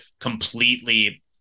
completely